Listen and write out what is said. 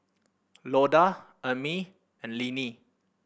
Loda Amie and Linnie